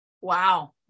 wow